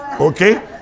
okay